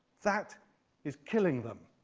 that is killing them.